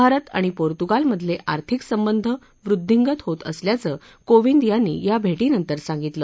भारत आणि पोर्तुगालमधले आर्थिक संबंध वृद्धींगत होत असल्याचं कोविंद यांनी या भेटीनंतर सांगितलं